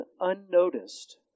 unnoticed